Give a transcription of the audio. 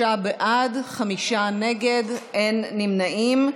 23 בעד, חמישה נגד, אין נמנעים.